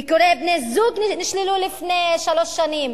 ביקורי בני-זוג נשללו לפני שלוש שנים,